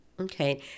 Okay